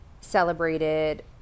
celebrated